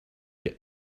get